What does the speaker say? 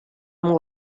molt